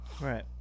Right